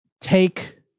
take